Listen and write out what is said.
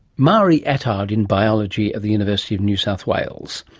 marie attard in biology at the university of new south wales.